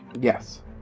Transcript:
Yes